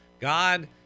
God